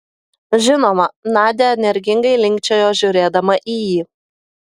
žinoma nadia energingai linkčiojo žiūrėdama į jį